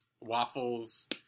Waffles